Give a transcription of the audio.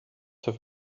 have